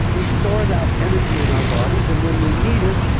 we store that energy in our bodies, and when we need it,